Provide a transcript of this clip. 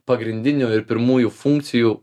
pagrindinių ir pirmųjų funkcijų